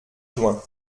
juin